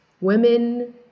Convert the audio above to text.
Women